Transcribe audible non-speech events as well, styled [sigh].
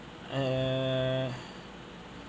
err [breath]